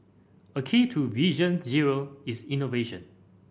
a key to Vision Zero is innovation